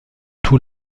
tout